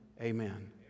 amen